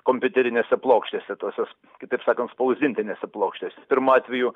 kompiuterinėse plokštėse tose kitaip sakant spausdintinėse plokštėse pirmu atveju